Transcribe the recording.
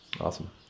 Awesome